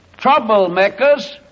troublemakers